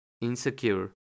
insecure